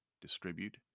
distribute